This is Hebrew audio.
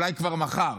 אולי כבר מחר,